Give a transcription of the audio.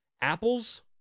Apples